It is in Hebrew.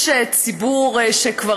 יש ציבור שכבר